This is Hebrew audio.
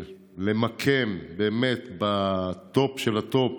למקם, באמת בטופ של הטופ